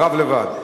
הוא "הרב" לבד.